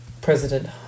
President